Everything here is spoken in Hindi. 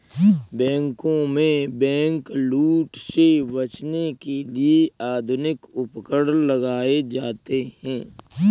बैंकों में बैंकलूट से बचने के लिए आधुनिक उपकरण लगाए जाते हैं